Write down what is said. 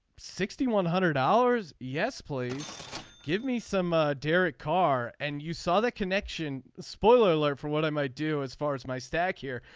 sixty one hundred dollars. yes please give me some. ah derek carr and you saw that connection. spoiler alert for what i might do as far as my stack here.